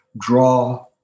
draw